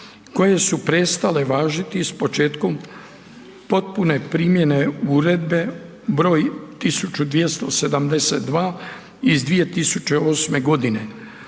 koje su prestale važiti s početkom potpune primjene Uredbe br. 1272/2008. U